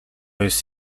jest